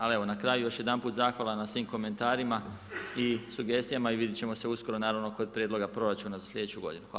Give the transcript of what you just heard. Ali evo na kraju, još jedanput, zahvala na svim komentarima i sugestijama i vidjet ćemo uskoro naravno kod prijedloga proračuna za slijedeću godinu.